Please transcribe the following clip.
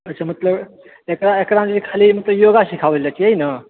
अच्छा मतलब एकरामे खाली मतलब योगा सिखाओल जाइत छै यही ने